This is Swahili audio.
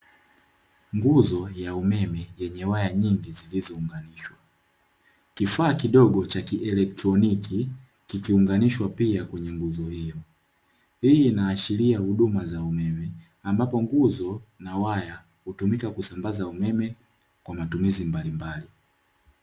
Nguzo ya umeme yenye waya nyingi zilizounganishwa, kifaa kidogo cha kielektroniki kikiunganishwa pia kwenye nguzo hiyo, hii inaashiria huduma za umeme ambapo nguzo na waya hutumika kusambaza umeme kwa matumizi mbalimbali.